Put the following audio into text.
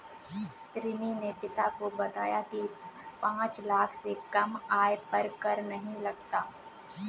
रिमी ने पिता को बताया की पांच लाख से कम आय पर कर नहीं लगता